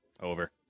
Over